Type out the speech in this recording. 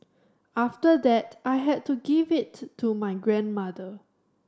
after that I had to give it to my grandmother